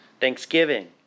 thanksgiving